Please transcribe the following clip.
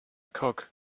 cock